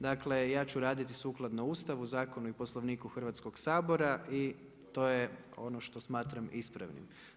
Dakle, ja ću raditi sukladnu Ustavu, zakonu i Poslovniku Hrvatskog sabora i to je ono što smatram ispravnim.